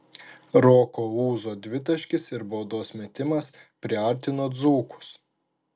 roko ūzo dvitaškis ir baudos metimas priartino dzūkus